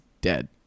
dead